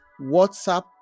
WhatsApp